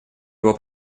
его